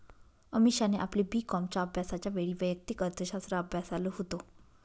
अमीषाने आपली बी कॉमच्या अभ्यासाच्या वेळी वैयक्तिक अर्थशास्त्र अभ्यासाल होत